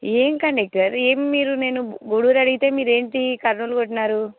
ఏమి కండెక్టరు ఏమి మీరు నేను గూడూరు అడిగితే మీరు ఏంటి కర్నూలు కొట్టిన్నారు